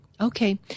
Okay